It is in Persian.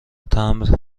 تمبر